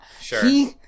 Sure